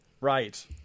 right